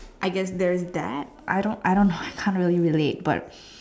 I guess there is that I don't I don't know how to relate but